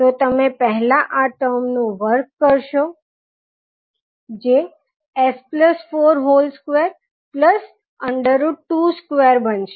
તો તમે પહેલા આ ટર્મ નો વર્ગ કરશો જે s422 બનશે